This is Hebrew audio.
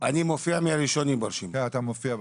אני מופיע מהראשונים ברשימה.